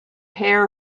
hair